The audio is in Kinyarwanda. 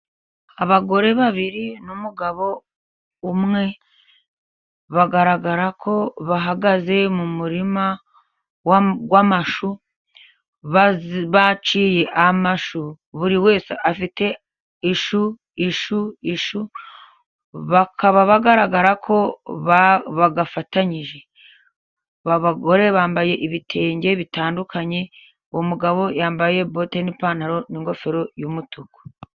Abagore babiri n'umugabo umwe bagaragara ko bahagaze mu murima w'amashu. Baciye amashu buri wese afite ishu, ishu, ishu. Bikaba bagaragara ko bayafatanyije. Abagore bambaye ibitenge bitandukanye, uwo mugabo yambaye bote n'ipantaro n'ingofero y'umutuku.